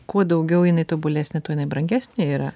kuo daugiau jinai tobulesnė tuo ji brangesnė yra